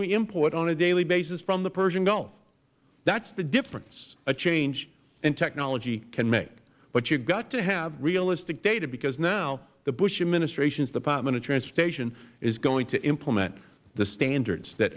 we import on a daily basis from the persian gulf that is the difference a change in technology can make but you have to have realistic data because now the bush administration's department of transportation is going to implement the standards that